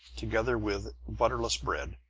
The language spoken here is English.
together with butterless bread,